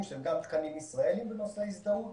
שהם גם תקנים ישראליים בנושא הזדהות.